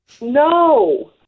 No